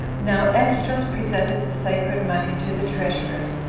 now esdras presented the sacred money to the treasurers,